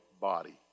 body